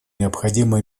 необходимо